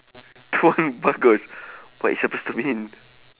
tuan bagus what is suppose to mean